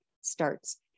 starts